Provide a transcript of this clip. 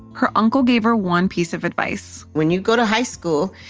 her uncle gave her one piece of advice when you go to high school,